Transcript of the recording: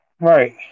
Right